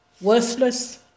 worthless